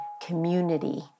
community